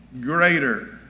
greater